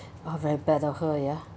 oh very bad of her ya